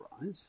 right